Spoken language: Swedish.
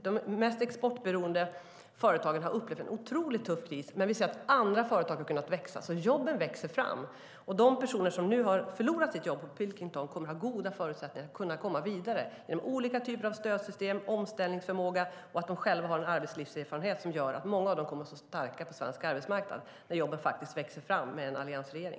De mest exportberoende företagen har upplevt en otroligt tuff tid, men vi ser att andra företag har kunnat växa. Jobben växer alltså fram. De personer som nu har förlorat sina jobb på Pilkington kommer att ha goda förutsättningar att komma vidare genom olika typer av stödsystem och omställningsförmåga. Själva har de också arbetslivserfarenhet som gör att många av dem kommer att stå starka på svensk arbetsmarknad när jobben växer fram med en alliansregering.